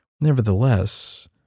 Nevertheless